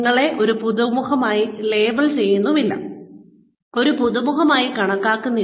നിങ്ങളെ ഒരു പുതുമുഖമായി ലേബൽ ചെയ്യുന്നില്ല ഒരു പുതുമുഖമായി കണക്കാക്കുന്നില്ല